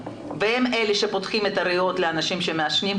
והם אלה שפותחים את הריאות לאנשים שמעשנים,